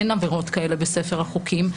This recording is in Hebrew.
אין עבירות כאלה בספר החוקים.